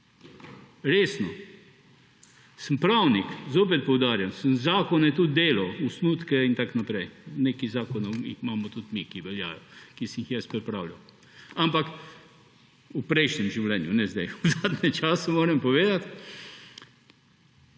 Resno. Sem pravnik, zopet poudarjam, sem zakone tudi delal, osnutke in tako naprej. Nekaj zakonov imamo tudi mi, ki veljajo, ki sem jih jaz pripravljal, ampak v prejšnjem življenju – ne zdaj, v zadnjem času moram povedati.